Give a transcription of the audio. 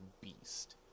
beast